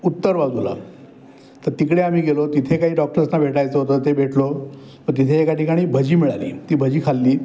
उत्तर बाजूला तर तिकडे आम्ही गेलो तिथे काही डॉक्टर्सना भेटायचं होतं ते भेटलो तर तिथे एका ठिकाणी भजी मिळाली ती भजी खाल्ली